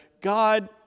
God